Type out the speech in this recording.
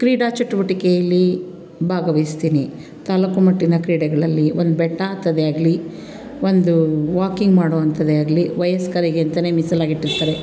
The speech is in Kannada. ಕ್ರೀಡಾ ಚಟುವಟಿಕೆಯಲ್ಲಿ ಭಾಗವಹಿಸ್ತೀನಿ ತಾಲ್ಲೂಕು ಮಟ್ಟಿನ ಕ್ರೀಡೆಗಳಲ್ಲಿ ಒಂದು ಬೆಟ್ಟ ಹತ್ತೋದೇ ಆಗಲಿ ಒಂದು ವಾಕಿಂಗ್ ಮಾಡುವಂಥದೇ ಆಗಲಿ ವಯಸ್ಕರಿಗೆ ಅಂತಲೇ ಮೀಸಲಾಗಿಟ್ಟಿರ್ತಾರೆ